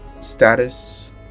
status